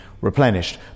replenished